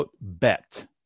bet